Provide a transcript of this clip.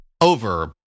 Over